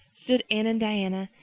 stood anne and diana,